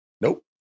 Nope